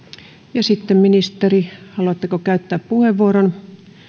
sitten ministeri haluatteko käyttää puheenvuoron